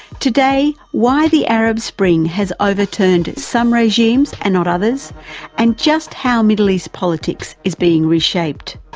today, why the arab spring has overturned some regimes and not others and just how middle east politics is being reshaped.